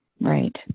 Right